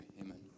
amen